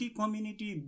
community